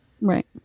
Right